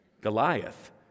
Goliath